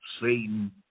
Satan